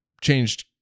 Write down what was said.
changed